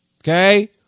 Okay